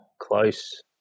Close